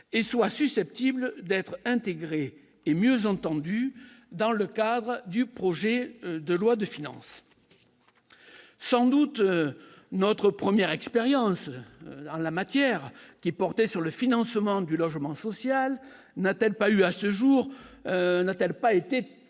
est possible, susceptibles d'être intégrées et mieux entendues dans le cadre du projet de loi de finances. Sans doute, notre première expérience en la matière, qui portait sur le financement du logement social, n'a-t-elle pas été à ce